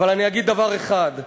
אני אגיד דבר אחד: